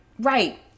Right